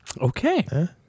Okay